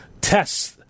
tests